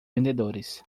vendedores